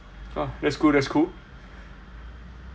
oh that's cool that's cool